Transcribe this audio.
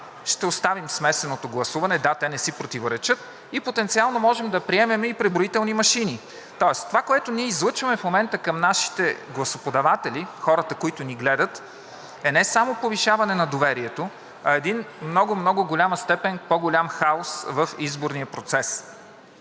ще оставим смесеното гласуване. Да, те не си противоречат и потенциално можем да приемем и преброителни машини. Тоест, това, което ние излъчваме в момента към нашите гласоподаватели, хората, които ни гледат, е не само повишаване на доверието, а един много, много в голяма степен по-голям хаос в изборния процес.